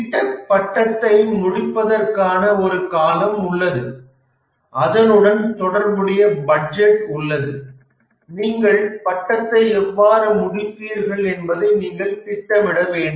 tech பட்டத்தை முடிப்பதற்கான ஒரு காலம் உள்ளது அதனுடன் தொடர்புடைய பட்ஜெட் உள்ளது நீங்கள் பட்டத்தை எவ்வாறு முடிப்பீர்கள் என்பதை நீங்கள் திட்டமிட வேண்டும்